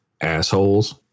assholes